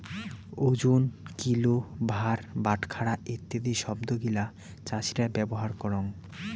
ওজন, কিলো, ভার, বাটখারা ইত্যাদি শব্দ গিলা চাষীরা ব্যবহার করঙ